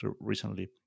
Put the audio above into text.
recently